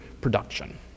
production